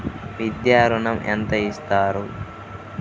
విద్యా ఋణం ఎంత ఇస్తారు?